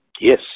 yes